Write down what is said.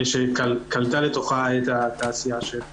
שקלטה לתוכה את התעשייה של תע"ש.